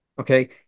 Okay